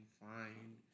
find